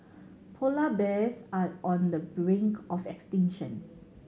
polar bears are on the brink of extinction